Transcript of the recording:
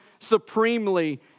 supremely